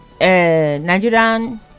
Nigerian